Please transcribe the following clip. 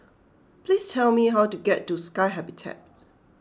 please tell me how to get to Sky Habitat